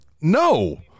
no